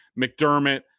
McDermott